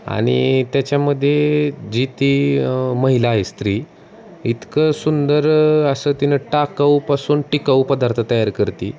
आणि त्याच्यामध्ये जी ती महिला आहे स्त्री इतकं सुंदर असं तिनं टाकाऊपासून टिकाऊ पदार्थ तयार करते